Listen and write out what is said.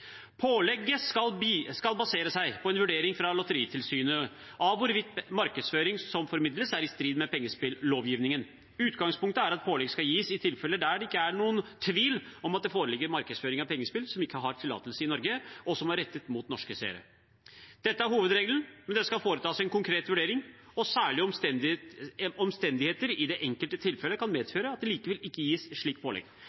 Pålegget skal baseres på en vurdering fra Lotteritilsynet av hvorvidt markedsføring som formidles, er i strid med pengespillovgivningen. Utgangspunktet er at pålegg skal gis i tilfeller der det ikke er noen tvil om at det foreligger markedsføring av pengespill som ikke har tillatelse i Norge, og som er rettet mot norske seere. Dette er hovedregelen, men det skal foretas en konkret vurdering, og særlige omstendigheter i det enkelte tilfellet kan medføre at det likevel ikke gis slikt pålegg.